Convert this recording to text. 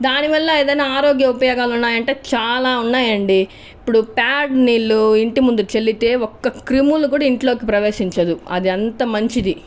దానివల్ల ఏదైనా ఆరోగ్య ఉపయోగాలు ఉన్నాయ అంటే చాలా వున్నాయి అండి ఇప్పుడు పేడ నిళ్ళు ఇంటి ముందు చల్లితే ఒక్క క్రిములుకూడా ఇంట్లోకి ప్రవేశించదు అది ఎంత మంచిది